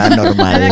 normal